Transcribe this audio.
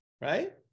right